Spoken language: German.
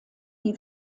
die